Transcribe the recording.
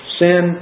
sin